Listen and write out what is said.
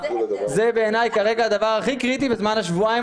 זה בעיניי כרגע הדבר הכי קריטי בזמן השבועיים